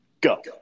go